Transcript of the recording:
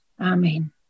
Amen